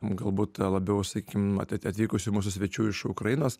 galbūt labiau sakykim at atvykusių mūsų svečių iš ukrainos